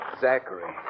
Zachary